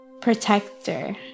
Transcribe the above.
protector